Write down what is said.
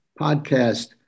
podcast